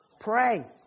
Pray